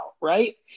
right